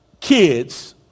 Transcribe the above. kids